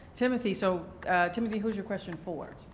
timothy. so timothy who's your question for?